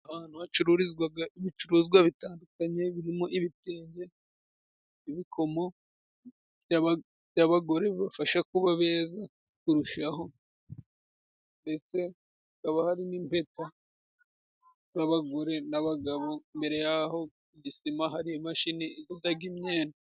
Ahantu bacururizwaga ibicuruzwa bitandukanye birimo ibitenge, ibikomo by'abagore bibafasha kuba beza kurushaho ndetse hakaba hari n'impeta z'abagore n'abagabo imbere y'aho ku isima hari imashini idodaga imyenda.